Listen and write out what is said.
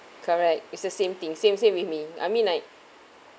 correct it's the same thing same same with me I mean like